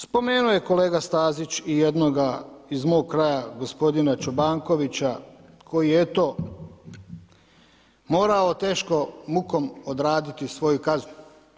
Spomenuo je kolega Stazić i jednoga iz mog kraja gospodina Čobankovića koje je eto, morao teškom mukom odraditi svoju kaznu.